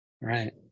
Right